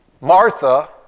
Martha